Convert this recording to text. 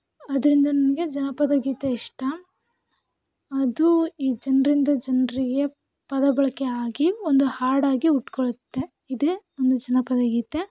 ಅದರಿಂದ ನನಗೆ ಜನಪದ ಗೀತೆ ಇಷ್ಟ ಅದು ಈ ಜನರಿಂದ ಜನರಿಗೆ ಪದ ಬಳಕೆ ಆಗಿ ಒಂದು ಹಾಡಾಗಿ ಹುಟ್ಕೊಳ್ಳುತ್ತೆ ಇದೆ ಒಂದು ಜನಪದ ಗೀತೆ